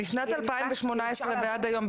משנת 2018 ועד היום,